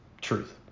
Truth